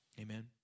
Amen